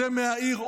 זה מהעיר,